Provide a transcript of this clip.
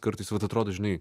kartais vat atrodo žinai